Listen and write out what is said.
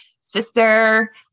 sister